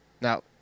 Now